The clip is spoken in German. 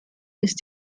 ist